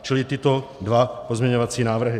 Čili tyto dva pozměňovací návrhy.